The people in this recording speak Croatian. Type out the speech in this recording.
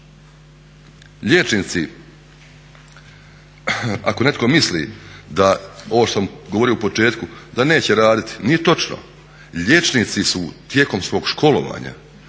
Liječnici ako netko misli da ovo što sam govorio u početku da neće raditi, nije točno. Liječnici su tijekom svog školovanja,